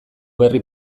berri